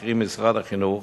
קרי משרד החינוך,